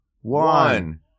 one